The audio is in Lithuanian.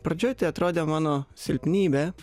pradžioje tai atrodė mano silpnybė